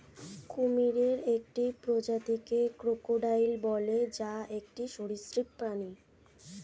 কুমিরের একটি প্রজাতিকে ক্রোকোডাইল বলে, যা একটি সরীসৃপ প্রাণী